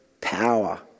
power